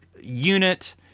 unit